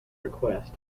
request